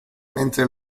mentre